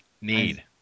Need